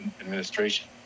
administration